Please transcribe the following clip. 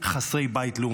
חסרי בית לאומי?